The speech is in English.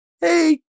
Hey